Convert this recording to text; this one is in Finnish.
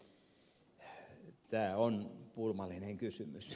ravi tämä on pulmallinen kysymys